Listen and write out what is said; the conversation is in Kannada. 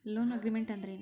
ಲೊನ್ಅಗ್ರಿಮೆಂಟ್ ಅಂದ್ರೇನು?